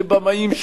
לבמאים,